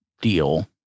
deal